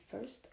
first